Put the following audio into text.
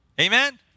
Amen